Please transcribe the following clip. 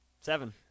Seven